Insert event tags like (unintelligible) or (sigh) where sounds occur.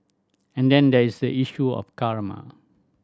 and then there is the issue of (unintelligible)